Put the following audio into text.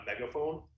megaphone